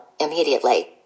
immediately